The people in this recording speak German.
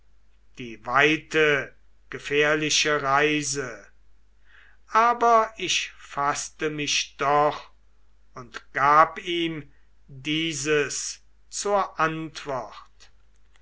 die weite gefährliche reise aber ich faßte mich doch und gab ihm dieses zur antwort